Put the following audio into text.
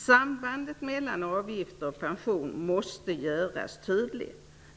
Sambandet mellan avgifter och pension måste göras tydligt.